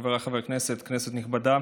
חבריי חברי הכנסת, כנסת נכבדה,